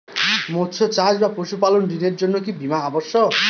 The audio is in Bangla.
মৎস্য চাষ বা পশুপালন ঋণের জন্য কি বীমা অবশ্যক?